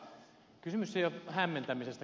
kysymys ei ole hämmentämisestä